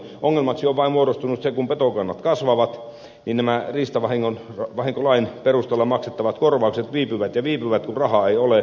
ongelmaksi on vain muodostunut se kun petokannat kasvavat että nämä riistavahinkolain perusteella maksettavat korvaukset viipyvät ja viipyvät kun rahaa ei ole